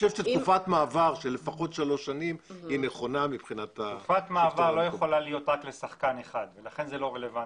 תקופת מעבר לא יכולה להיות רק לשחקן אחד ולכן זה לא רלוונטי.